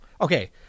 okay